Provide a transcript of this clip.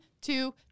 two